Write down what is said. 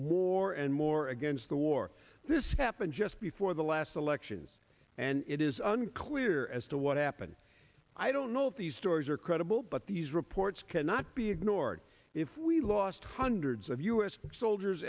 more and more against the war this happened just before the last elections and it is unclear as to what happened i don't know if these stories are credible but these reports cannot be ignored if we lost hundreds of u s soldiers